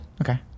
Okay